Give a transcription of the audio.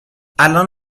الان